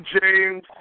James